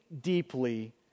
deeply